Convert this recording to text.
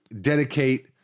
dedicate